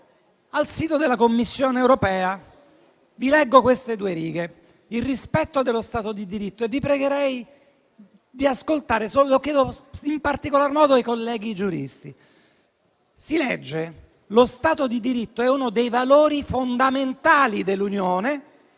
al sito della Commissione europea. Vi leggo queste due righe e vi pregherei di ascoltare; lo chiedo in particolar modo ai colleghi giuristi. Si legge che lo Stato di diritto è uno dei valori fondamentali dell'Unione,